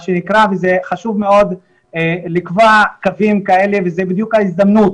חשוב מאוד לקבוע קווים כאלה וזו בדיוק ההזדמנות.